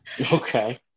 Okay